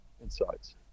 insights